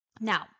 Now